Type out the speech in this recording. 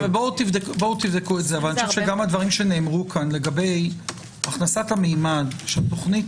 תבדקו את זה אבל אני חושב שגם הדברים שנאמרו פה לגבי הכנסת הממד שהתוכנית